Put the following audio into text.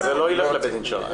זה לא ילך לבית דין שרעי.